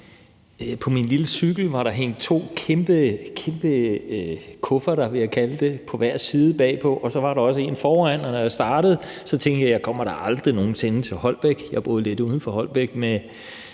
På min lille cykel var der hængt to kæmpe kufferter, vil jeg kalde det, på hver side bagpå, og så var der også en foran, og når jeg startede, så tænkte jeg: Jeg kommer da aldrig nogen sinde til Holbæk. Jeg boede lidt uden for Holbæk og